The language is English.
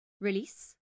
release